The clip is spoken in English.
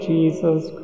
Jesus